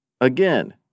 Again